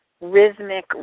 rhythmic